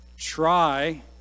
try